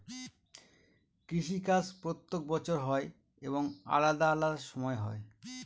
কৃষি কাজ প্রত্যেক বছর হয় এবং আলাদা আলাদা সময় হয়